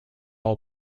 all